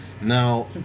now